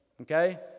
Okay